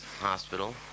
hospital